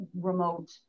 remote